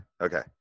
okay